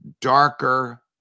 darker